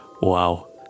Wow